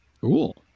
cool